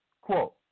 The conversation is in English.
Quote